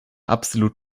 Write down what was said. absolut